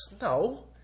No